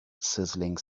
sizzling